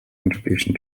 contribution